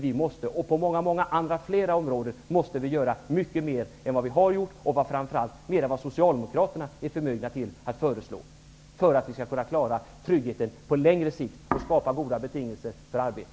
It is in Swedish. Vi måste på detta område som på många andra områden göra mycket mer än vad vi har gjort och framför allt mer än vad Socialdemokraterna är förmögna till att föreslå, för att vi skall kunna klara tryggheten på längre sikt och skapa goda betingelser för arbete.